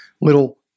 little